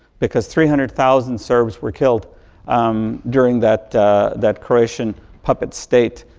because three hundred thousand serbs were killed during that that croatian puppet state,